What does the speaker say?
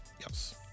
Yes